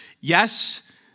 Yes